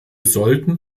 sollten